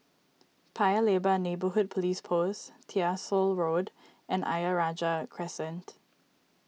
Paya Lebar Neighbourhood Police Post Tyersall Road and Ayer Rajah Crescent